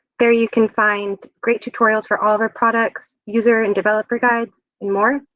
there you can find great tutorials for all of our products, user and developer guides and more.